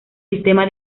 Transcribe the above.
sistema